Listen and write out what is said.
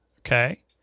okay